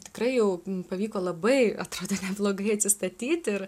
tikrai jau pavyko labai atrodė neblogai atsistatyti ir